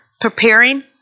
Preparing